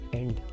end